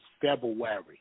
February